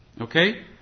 Okay